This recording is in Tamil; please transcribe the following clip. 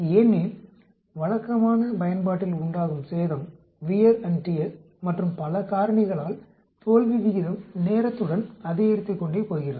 ஏனெனில் வழக்கமான பயன்பாட்டில் உண்டாகும் சேதம் மற்றும் பல காரணிகளால் தோல்வி விகிதம் நேரத்துடன் அதிகரித்துக்கொண்டே போகிறது